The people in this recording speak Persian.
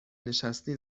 نشستین